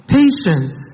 patience